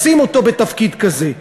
לשים אותו בתפקיד כזה?